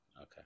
Okay